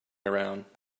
around